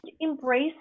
embrace